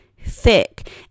thick